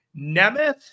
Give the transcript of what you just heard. Nemeth